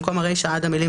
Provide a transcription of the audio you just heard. במקום "אגף אמרכלות,